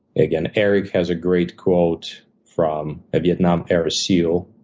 again, eric has a great quote from a vietnam, eris seal,